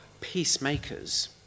peacemakers